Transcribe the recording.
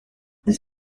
this